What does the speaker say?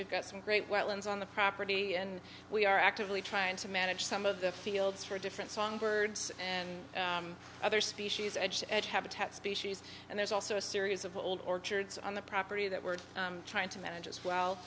we've got some great wetlands on the property and we are actively trying to manage some of the fields for different song birds and other species edge to edge habitat species and there's also a series of old orchards on the property that we're trying to manage as well